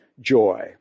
joy